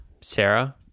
Sarah